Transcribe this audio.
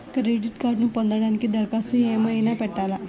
Credit కార్డ్ను పొందటానికి దరఖాస్తు ఏమయినా పెట్టాలా?